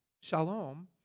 shalom